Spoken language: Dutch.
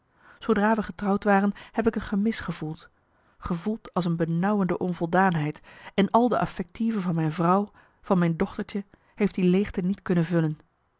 zoodra we getrouwd waren heb ik een gemis gevoeld gevoeld als een benauwende onvoldaanheid en al de affective van mijn vrouw van mijn dochtertje heeft die leegte niet kunnen vullen